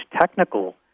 technical